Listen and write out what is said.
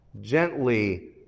Gently